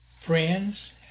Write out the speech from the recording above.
friends